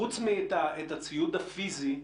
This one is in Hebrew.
חוץ מהציוד הפיזי?